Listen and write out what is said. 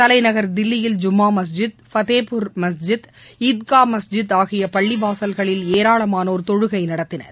தலைநகர் தில்லியில் ஜமா மஸ்ஜித் பதேப்புரி மஸ்ஜித் ஈத்கா மஸ்ஜித் ஆகிய பள்ளிவாசல்களில் ஏராளமானோர் தொழுகை நடத்தினர்